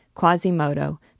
Quasimodo